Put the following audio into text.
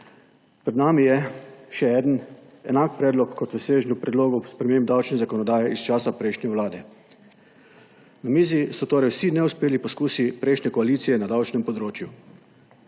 Pred nami je še en enak predlog kot v svežnju predlogov sprememb davčne zakonodaje iz časa prejšnje vlade. Na mizi so torej vsi neuspeli poizkusi prejšnje koalicije na davčnem področju.